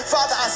Father